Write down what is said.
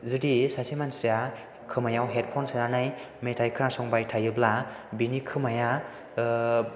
जुदि सासे मानसिया खोमायाव हेडफ'न सोनानै मेथाइ खोनासंबाय थायोब्ला बिनि खोमाया